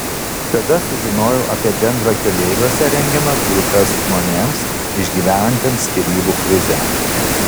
tada sužinojau apie bendrakeleiviuose rengiamas grupes žmonėms išgyvenantiems skyrybų krizę